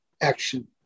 action